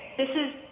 this is